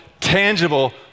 tangible